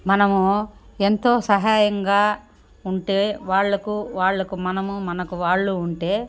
మనము ఎంతో సహాయంగా ఉంటే వాళ్లకు వాళ్లకు మనము మనకు వాళ్ళు ఉంటే